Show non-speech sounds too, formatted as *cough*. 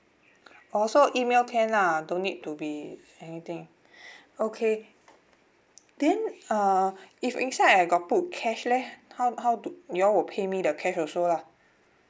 oh so email can lah don't need to be anything *breath* okay then uh if inside I got put cash leh how how do you all will pay me the cash also lah